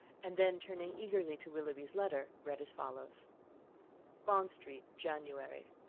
and then turning eagerly to willoughby's letter, read as follows bond street, january.